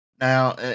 Now